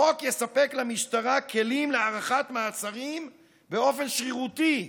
החוק יספק למשטרה כלים להארכת מעצרים באופן שרירותי.